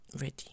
ready